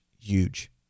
huge